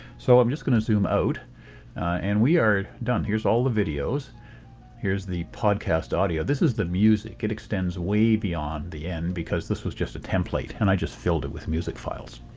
so i'm just going to zoom out and we are done here's all the videos here's the podcast audio this is the music it extends way beyond the end because this was just a template and i just filled with music files.